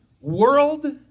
world